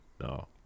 No